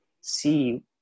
see